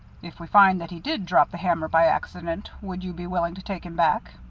if we find that he did drop the hammer by accident, would you be willing to take him back?